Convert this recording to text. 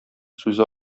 сүзе